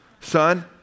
Son